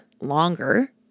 longer